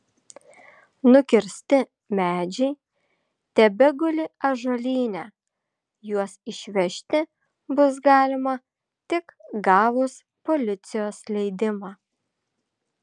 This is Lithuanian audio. nukirsti medžiai tebeguli ąžuolyne juos išvežti bus galima tik gavus policijos leidimą